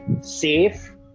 safe